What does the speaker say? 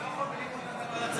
אני לא יכול בניגוד לוועדת שרים.